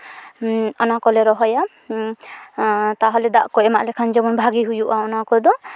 ᱚᱱᱟ ᱠᱚᱞᱮ ᱨᱚᱦᱚᱭᱟ ᱛᱟᱦᱚᱞᱮ ᱫᱟᱜ ᱠᱚ ᱮᱢᱟᱜ ᱞᱮᱠᱷᱟᱱ ᱡᱮᱢᱚᱱ ᱵᱷᱟᱜᱮ ᱦᱩᱭᱩᱜᱼᱟ ᱚᱱᱟ ᱠᱚᱫᱚ